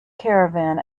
caravan